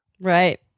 Right